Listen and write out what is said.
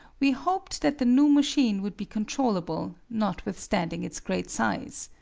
we hoped that the new machine would be controllable, notwithstanding its great size.